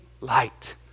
light